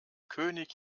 könig